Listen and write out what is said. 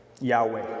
Yahweh